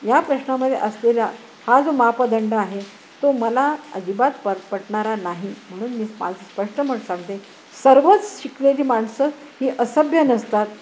या प्रश्नामध्ये असलेला हा जो मापदंड आहे तो मला अजिबात प पटणारा नाही म्हणून मी माझं स्पष्ट मत सांगते सर्वच शिकलेची माणसं ही असभ्य नसतात